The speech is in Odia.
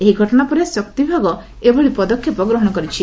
ଏହି ଘଟଣା ପରେ ଶକ୍ତି ବିଭାଗ ଏଭଳି ପଦକ୍ଷେପ ଗ୍ରହଣ କରିଛି